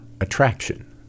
attraction